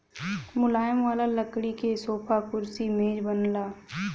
मुलायम वाला लकड़ी से सोफा, कुर्सी, मेज बनला